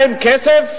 כסף,